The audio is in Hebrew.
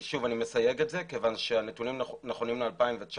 אני מסייג את זה כי הנתונים נכונים ל-2019,